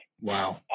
Wow